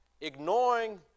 ignoring